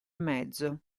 mezzo